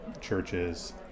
churches